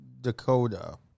Dakota